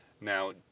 Now